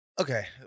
Okay